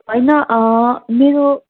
होइन मेरो